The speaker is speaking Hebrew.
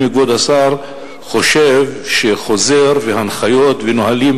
האם כבוד השר חושב שחוזר והנחיות ונהלים